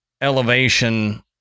elevation